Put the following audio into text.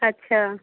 अच्छा